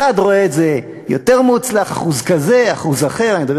אחד רואה את זה יותר מוצלח, אחוז כזה או אחוז אחר,